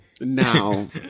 Now